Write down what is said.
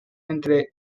entre